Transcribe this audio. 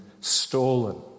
stolen